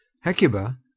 Hecuba